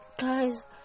guys